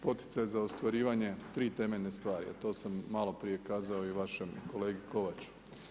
Poticaj za ostvarivanje 3 temeljne stvari a to sam malo prije kazao i vašem kolegi Kovaču.